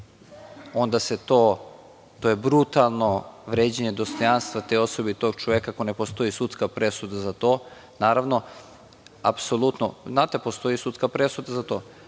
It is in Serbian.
onda je to brutalno vređanje dostojanstva te osobe i tog čoveka, ako ne postoji sudska presuda za to. Znate, postoji sudska presuda za to.